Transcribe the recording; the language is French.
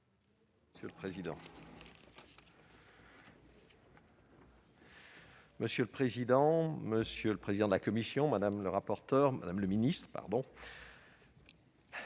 Monsieur le président, monsieur le président de la commission, madame la rapporteure,